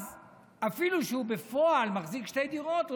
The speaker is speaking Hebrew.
שבו אפילו שהוא מחזיק שתי דירות בפועל,